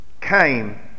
came